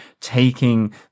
taking